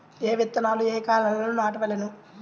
ఏ విత్తనాలు ఏ కాలాలలో నాటవలెను?